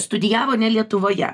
studijavo ne lietuvoje